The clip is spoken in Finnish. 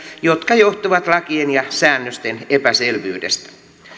jotka johtuvat lakien ja säännösten epäselvyydestä